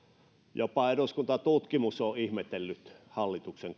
jopa eduskuntatutkimus on ihmetellyt hallituksen